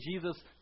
Jesus